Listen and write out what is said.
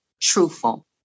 truthful